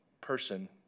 person